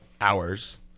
hours